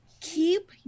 Keep